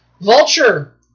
Vulture